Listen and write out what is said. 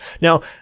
Now